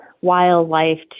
wildlife